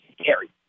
scary